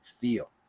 feel